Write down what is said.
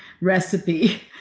recipe